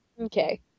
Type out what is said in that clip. Okay